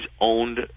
owned